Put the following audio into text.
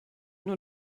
nur